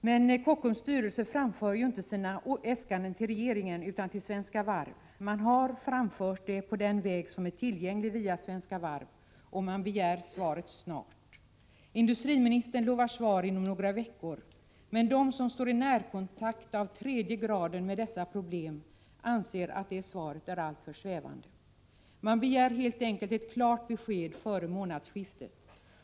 Men Kockums styrelse framför ju inte sina äskanden till regeringen utan till Svenska Varv, och man har alltså framfört detta på den väg som är tillgänglig, via Svenska Varv — och man begär svar snabbt. Industriministern lovar att ge besked inom några veckor. Men de som står i närkontakt av tredje graden med dessa problem anser att det svaret är alltför svävande. Man begär helt enkelt ett klart besked före månadsskiftet.